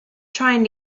trying